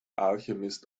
alchemist